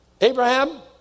Abraham